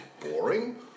boring